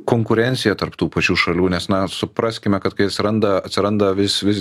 konkurenciją tarp tų pačių šalių nes na supraskime kad kai atsiranda atsiranda vis vis